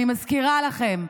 אני מזכירה לכם,